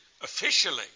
officially